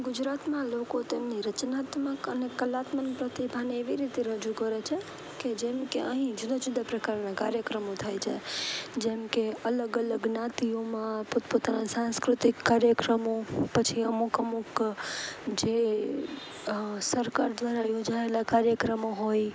ગુજરાતમાં લોકો તેમની રચનાત્મક અને કલાત્મક પ્રતિભાને એવી રીતે રજૂ કરે છે કે જેમ કે અહીં જુદા જુદા પ્રકારના કાર્યક્રમો થાય છે જેમ કે અલગ અલગ જ્ઞાતિઓમાં પોતપોતાના સાંસ્કૃતિક કાર્યક્રમો પછી અમુક અમુક જે સરકાર દ્વારા યોજાયેલા કાર્યક્રમો હોય